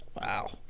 wow